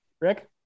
Rick